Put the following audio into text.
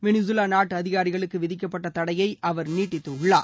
Venezuela நாட்டு அதிகாரிகளுக்கு விதிக்கப்பட்ட தடையை அவர் நீட்டித்துள்ளார்